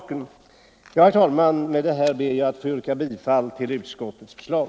Herr talman! Med det anförda ber jag att få yrka bifall till utskottets förslag.